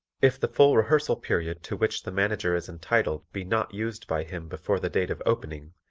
if the full rehearsal period to which the manager is entitled be not used by him before the date of opening,